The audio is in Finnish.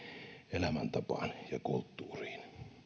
elämäntapaan ja kulttuuriin